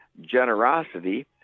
generosity